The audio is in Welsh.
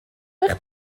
eich